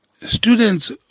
students